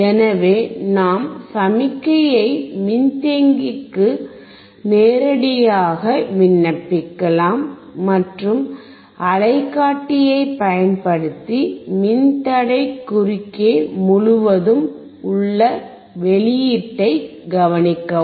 எனவே நாம் சமிஞையை மின்தேக்கிக்கு நேரடியாக விண்ணப்பிக்கலாம் மற்றும் அலைக்காட்டியை பயன்படுத்தி மின்தடை குறுக்கே முழுவதும் உள்ள வெளியீட்டைக் கவனிக்கவும்